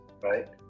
right